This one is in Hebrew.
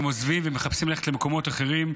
הם עוזבים ומחפשים ללכת למקומות אחרים.